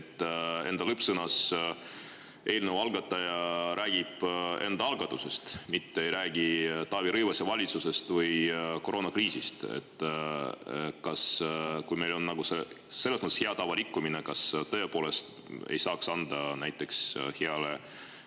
tava see, et eelnõu algataja räägib lõppsõnas enda algatusest, mitte ei räägi Taavi Rõivase valitsusest või koroonakriisist. Kui meil on selles mõttes hea tava rikkumine, kas tõepoolest ei saaks anda näiteks heale